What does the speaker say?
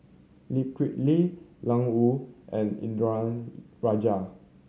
Lee Kip Lee Ian Woo and Indranee Rajah